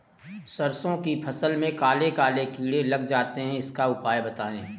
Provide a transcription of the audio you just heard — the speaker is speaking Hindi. सरसो की फसल में काले काले कीड़े लग जाते इसका उपाय बताएं?